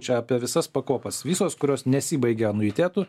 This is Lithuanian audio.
čia apie visas pakopas visos kurios nesibaigia anuitetu